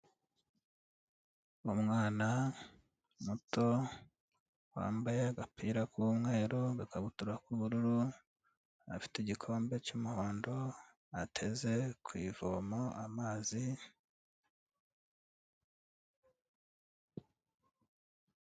Umwana muto wambaye agapira k'umweru n'agakabutura k'ubururu, afite igikombe cy'umuhondo ateze ku ivomo amazi.